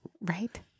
Right